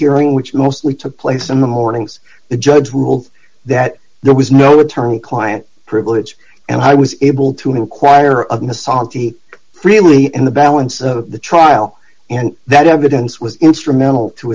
hearing which mostly took place in the mornings the judge ruled that there was no attorney client privilege and i was able to inquire of mythology freely and the balance of the trial and that evidence was instrumental to